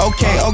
Okay